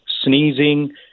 sneezing